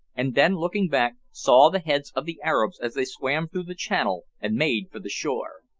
and then looking back, saw the heads of the arabs as they swam through the channel and made for the shore.